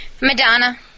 Madonna